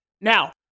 Now